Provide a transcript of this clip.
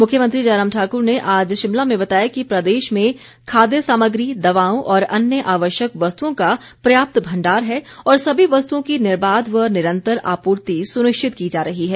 मुख्यमंत्री जयराम ठाकुर ने आज शिमला में बताया कि प्रदेश में खाद्य सामग्री दवाओं और अन्य आवश्यक वस्तुओं का पर्याप्त भंडार है और सभी वस्तुओं की निर्बाध व निरंतर आपूर्ति सुनिश्चित की जा रही है